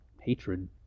hatred